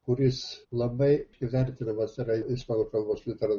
kuris labai vertinamas yra ispanų kalbos literatų